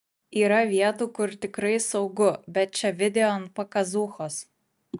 yra vietų kur tikrai saugu bet čia video ant pakazuchos